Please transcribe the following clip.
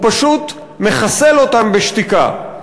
הוא פשוט מחסל אותם בשתיקה.